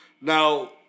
now